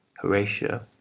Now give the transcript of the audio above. horatio,